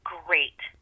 great